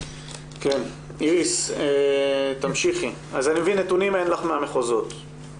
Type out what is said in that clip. איריס, אני מבין שאין לך נתונים מהמחוזות.